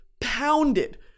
pounded